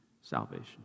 salvation